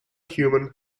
human